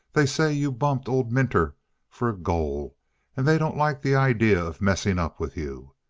they say you bumped old minter for a goal and they don't like the idea of messing up with you.